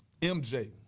MJ